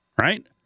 right